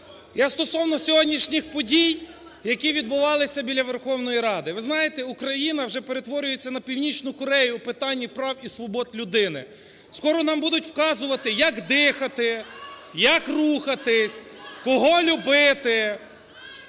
Я стосовно сьогоднішніх подій, які відбувалися біля Верховної Ради. Ви знаєте, Україна вже перетворюється на Північну Корею у питанні прав і свобод людини. Скоро нам будуть вказувати, як дихати, як рухатись, кого любити,